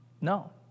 No